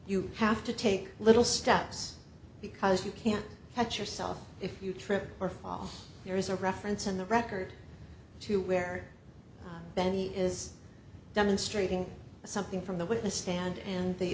you have to take little steps because you can't get yourself if you trip or fall there is a reference in the record to where benny is demonstrating something from the witness stand and